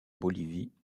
bolivie